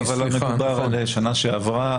אבל מדובר על שנה שעברה,